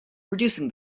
reducing